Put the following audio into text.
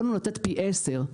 יכולנו לתת פי עשרה,